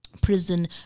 prison